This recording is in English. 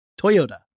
Toyota